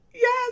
yes